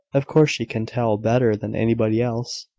of course she can tell better than anybody else.